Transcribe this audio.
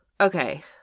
Okay